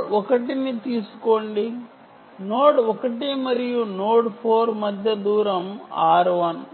node 1 ను తీసుకోండి node 1 మరియు నోడ్ 4 మధ్య దూరం r1 ని